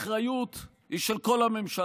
האחריות היא של כל הממשלה,